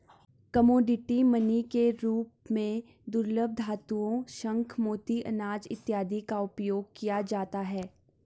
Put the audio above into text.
commodity money के रूप में दुर्लभ धातुओं शंख मोती अनाज इत्यादि का उपयोग किया जाता है